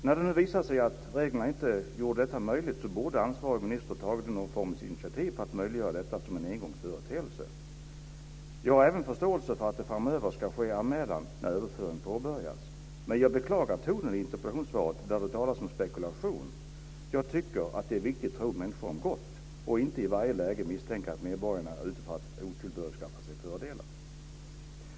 När det nu har visat sig att reglerna inte har gjort detta möjligt, borde ansvarig minister ha tagit någon form av initiativ för att möjliggöra detta som en engångsföreteelse. Jag har även förståelse för att det framöver ska ske en anmälan när överföring påbörjas. Men jag beklagar tonen i interpellationssvaret där det talas om "spekulation". Jag tycker att det är viktigt att tro människor om gott och inte i varje läge misstänka att medborgarna är ute för att otillbörligt skaffa sig fördelar.